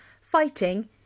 fighting